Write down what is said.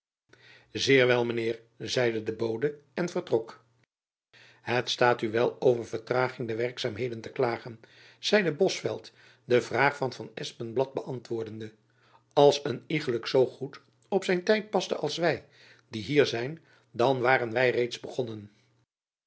zeer wel mijn heer zeide de bode en vertrok het staat u wel over vertraging der werkzaamheden te klagen zeide bosveldt de vraag van van espenblad beantwoordende als een iegelijk zoo goed op zijn tijd paste als wy die hier zijn dan waren wy reeds begonnen